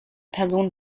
person